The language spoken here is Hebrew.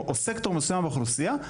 או סקטור מסוים מהאוכלוסייה,